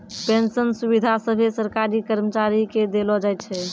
pension सुविधा सभे सरकारी कर्मचारी के देलो जाय छै